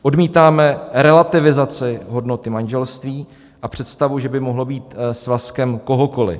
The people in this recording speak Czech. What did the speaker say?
Odmítáme relativizaci hodnoty manželství a představu, že by mohlo být svazkem kohokoli.